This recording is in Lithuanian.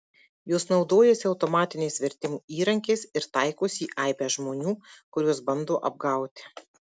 jos naudojasi automatiniais vertimų įrankiais ir taikosi į aibę žmonių kuriuos bando apgauti